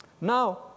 Now